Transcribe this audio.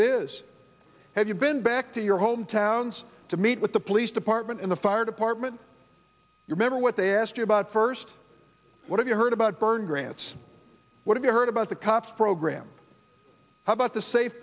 it is have you been back to your home towns to meet with the police department in the fire department you remember what they asked you about first what you heard about burn grants what you heard about the cops program how about the safe